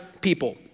people